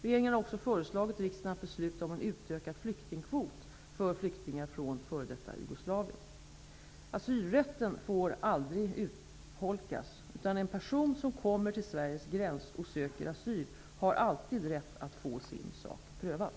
Regeringen har också föreslagit riksdagen att besluta om en utökad flyktingkvot för flyktingar från f.d. Jugoslavien. Asylrätten får aldrig urholkas, utan en person som kommer till Sveriges gräns och söker asyl har alltid rätt att få sin sak prövad.